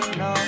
no